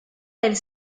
elle